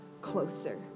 closer